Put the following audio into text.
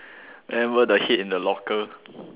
then remember the head in the locker